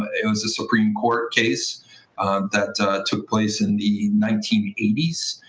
it was a supreme court case that took place in the nineteen eighty s.